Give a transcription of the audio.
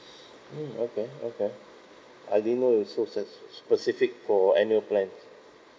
mm okay okay I didn't know also spec~ specific for annual plan